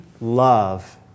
love